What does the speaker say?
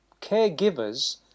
caregivers